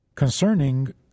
Concerning